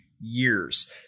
years